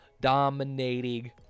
dominating